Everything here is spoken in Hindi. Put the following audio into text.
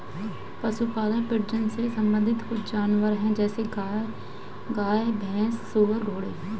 पशुपालन प्रजनन से संबंधित कुछ जानवर है जैसे भैंस, गाय, सुअर, घोड़े